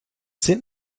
sind